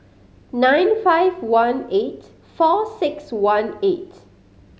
nine five one eight four six one eight